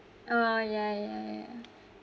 oh ya ya ya